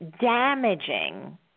damaging